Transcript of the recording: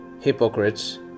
Hypocrites